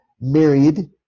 married